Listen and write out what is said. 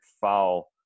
foul